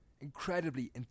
Incredibly